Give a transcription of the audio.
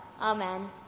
Amen